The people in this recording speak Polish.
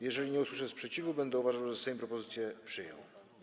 Jeżeli nie usłyszę sprzeciwu, będę uważał, że Sejm propozycję przyjął.